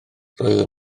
roedden